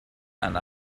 and